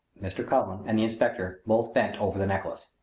mr. cullen and the inspector both bent over the necklace.